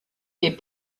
est